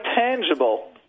tangible